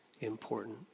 important